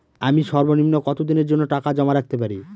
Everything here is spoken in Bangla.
আমি সর্বনিম্ন কতদিনের জন্য টাকা জমা রাখতে পারি?